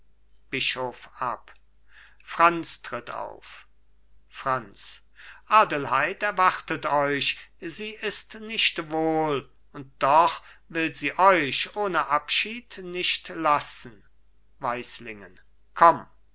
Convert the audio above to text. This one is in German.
franz adelheid erwartet euch sie ist nicht wohl und doch will sie euch ohne abschied nicht lassen weislingen komm